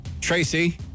Tracy